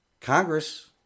Congress